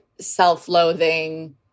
self-loathing